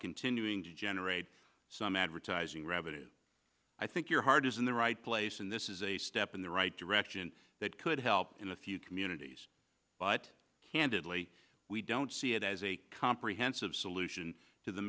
continuing to generate some advertising revenue i think your heart is in the right place and this is a step in the right direction that could help in a few communities but candidly we don't see it as a comprehensive solution to the